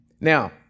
Now